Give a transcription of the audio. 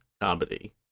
comedy